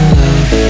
love